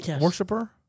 worshiper